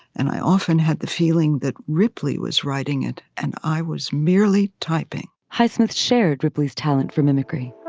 and i often had the feeling that ripley was writing it and i was merely typing highsmith shared ripley's talent for mimicry